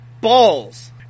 balls